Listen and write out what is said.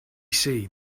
see